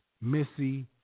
Missy